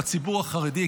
לציבור החרדי.